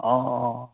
অঁ অঁ